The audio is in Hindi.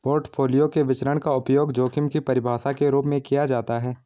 पोर्टफोलियो के विचरण का उपयोग जोखिम की परिभाषा के रूप में किया जाता है